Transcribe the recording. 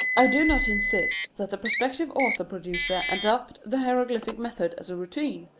i do not insist that the prospective author-producer adopt the hieroglyphic method as a routine,